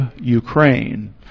Ukraine